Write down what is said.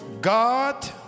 God